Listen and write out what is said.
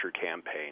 campaign